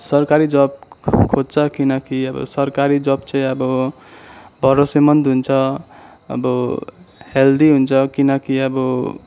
सरकारी जब खोज्छ किनकि अब सरकारी जब चाहिँ अब भरोसेमन्द हुन्छ अब हेल्दी हुन्छ किनकि अब